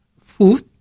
food